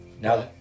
Now